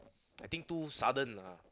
I think too sudden lah